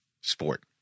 sport